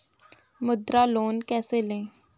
मुद्रा लोन कैसे ले?